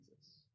Jesus